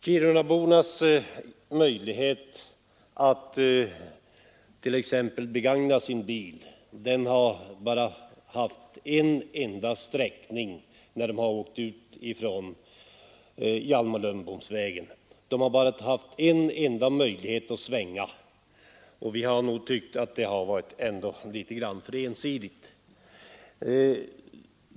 Kirunabornas möjligheter att begagna sin bil har hittills varit begränsade av att de bara haft en enda vägsträcka att åka på sedan de lämnat Hjalmar Lundbohmsvägen; de har bara haft möjlighet att svänga åt ett håll. Vi tycker att det är litet för ensidigt.